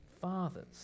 fathers